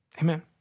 Amen